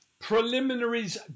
preliminaries